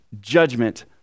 judgment